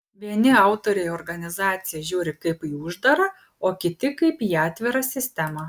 vieni autoriai į organizaciją žiūri kaip į uždarą o kiti kaip į atvirą sistemą